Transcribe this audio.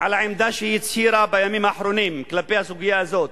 על העמדה שהצהירה בימים האחרונים בסוגיה הזאת,